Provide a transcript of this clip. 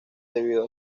debido